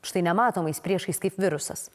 štai nematomais priešais kaip virusas